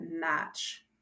match